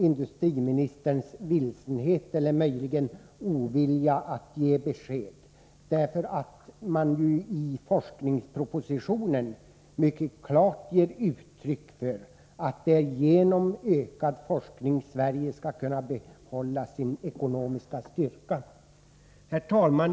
Industriministerns vilsenhet — eller möjligen ovilja — när det gäller att ge besked är något märklig, eftersom regeringen i forskningspropositionen mycket klart ger uttryck för att det är genom ökad forskning som Sverige skall kunna behålla sin ekonomiska styrka. Herr talman!